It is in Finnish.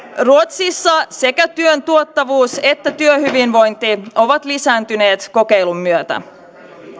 ruotsissa sekä työn tuottavuus että työhyvinvointi ovat lisääntyneet kokeilun